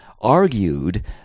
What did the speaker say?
argued